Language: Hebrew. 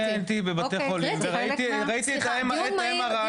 אני הייתי בבתי חולים וראיתי את ה-MRI --- קריטי.